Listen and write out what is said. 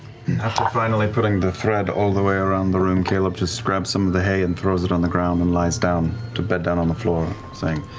ah finally putting the thread all the way around the room, caleb just grabs some of the hay and throws it on the ground and lies down to bed down on the floor, saying